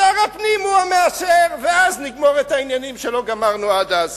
שר הפנים הוא המאשר ואז נגמור את העניינים שלא גמרנו עד אז.